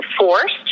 enforced